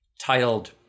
titled